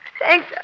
Thanks